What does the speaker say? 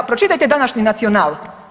Pročitajte današnji Nacional.